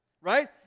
right